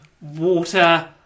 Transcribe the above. water